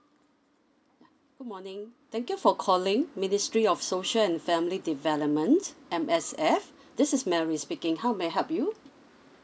yeah good morning thank you for calling ministry of social and family development M_S_F this is mary speaking how may I help you